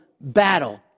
battle